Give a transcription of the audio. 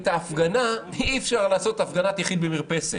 הפגנה אי אפשר לעשות הפגנת יחיד במרפסת.